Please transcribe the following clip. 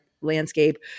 landscape